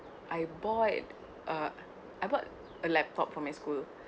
I bought a I bought a laptop for my school